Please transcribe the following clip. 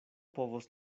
povos